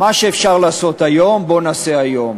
מה שאפשר לעשות היום, בואו נעשה היום.